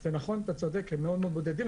נכון, אתה צודק, הם מאוד מאוד בודדים.